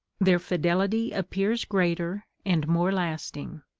their fidelity appears greater, and more lasting.